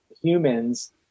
humans